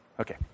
Okay